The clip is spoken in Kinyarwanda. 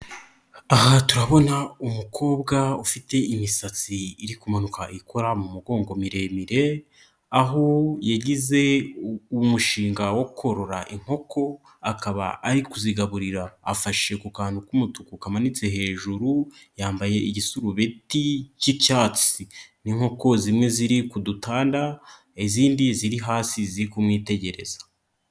Aha turabona umukobwa ufite imisatsi iri kumanuka ikora mu mugongo miremire, aho yagize umushinga wo korora inkoko akaba ari kuzigaburira afashe ku kantu k'umutuku kamanitse hejuru, yambaye igisurubeti cy'icyatsi n'inkoko zimwe ziri ku dutanda izindi ziri hasi ziri kumwitegereza.